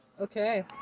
okay